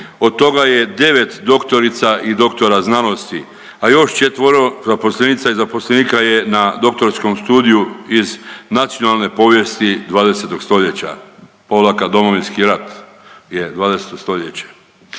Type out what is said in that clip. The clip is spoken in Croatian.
od toga je 9 doktorica i doktora znanosti, a još četvoro zaposlenica i zaposlenika je na doktorskom studiju iz nacionalne povijesti 20. stoljeća – Domovinski rat je 20. stoljeće.